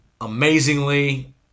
Amazingly